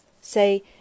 Say